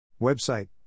Website